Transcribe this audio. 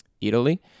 Italy